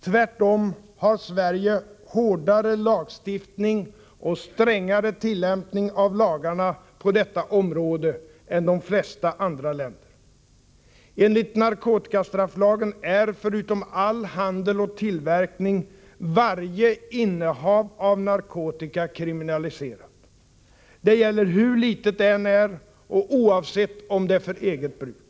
Tvärtom har Sverige hårdare lagstiftning, och strängare tillämpning av lagarna på detta område, än de flesta andra länder: o Enligt narkotikastrafflagen är, förutom all handel och tillverkning, varje innehav av narkotika kriminaliserat. Det gäller hur litet det än är och oavsett om det är för eget bruk.